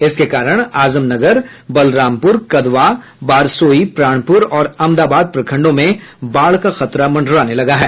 इसके कारण आजमनगर बलरामपुर कदवा बारसोई प्राणपुर और अमदाबाद प्रखंडों में बाढ़ का खतरा मंडराने लगा है